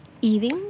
Eating